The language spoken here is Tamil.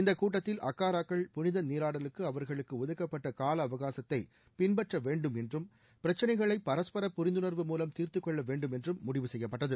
இந்த கூட்டத்தில் அக்காராக்கள் புனிதநீராடலுக்கு அவர்களுக்கு ஒதுக்கப்பட்ட கால அவகாகத்தை பின்பற்ற வேண்டும் என்றும் பிரச்சினைகளை பரஸ்பர புரிந்துணர்வு மூலம் தீர்த்துக்கொள்ள வேண்டும் என்றும் முடிவு செய்யப்பட்டது